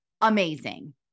Amazing